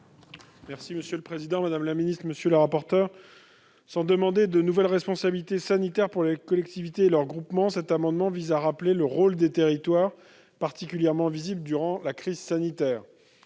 Genet, pour présenter l'amendement n° 797 rectifié. Sans demander de nouvelles responsabilités sanitaires pour les collectivités et leurs groupements, cet amendement vise à rappeler le rôle des territoires, particulièrement visible durant la crise sanitaire.